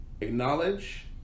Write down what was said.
acknowledge